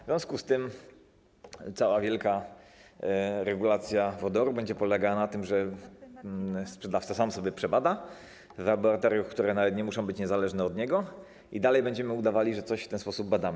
W związku z tym cała wielka regulacja co do wodoru będzie polegała na tym, że sprzedawca sam sobie przebada to w laboratoriach, które nawet nie muszą być niezależne od niego, i dalej będziemy udawali, że coś w ten sposób badamy.